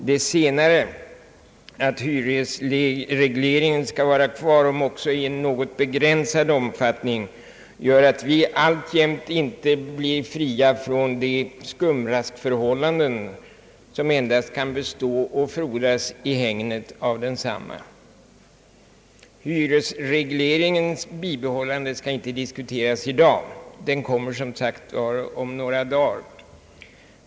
Det senare, alltså att hyresregleringen skall vara kvar om också i något begränsad cmfattning, gör att vi alltjämt inte blir fria från de skumraskförhållanden som kan bestå och frodas endast i hägnet av densamma. Hyresregleringens bibehållande skall inte diskuteras i dag. Den kommer som sagt upp till behandling om några dagar.